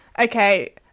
okay